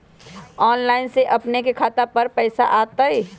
Online से अपने के खाता पर पैसा आ तई?